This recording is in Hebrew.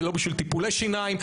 זה לא בשביל טיפולי שיניים.